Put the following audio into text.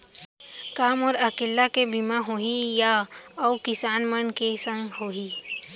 का मोर अकेल्ला के बीमा होही या अऊ किसान मन के संग होही?